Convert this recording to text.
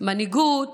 מנהיגות